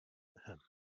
him